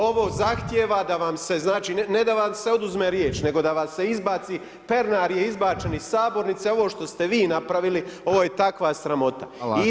Ovo zahtjeva da vam se, znači ne da vam se oduzme riječ nego da vas se izbaci, Pernar je izbačen iz sabornice a ovo što ste vi napravili ovo je takva sramota.